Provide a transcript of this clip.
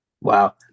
Wow